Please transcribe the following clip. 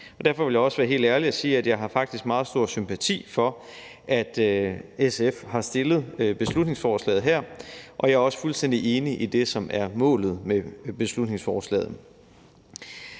derfor vil jeg også være helt ærlig og sige, at jeg faktisk har meget stor sympati for, at SF har fremsat beslutningsforslaget her, og at jeg også er fuldstændig enig i det, som er målet med beslutningsforslaget.